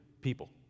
people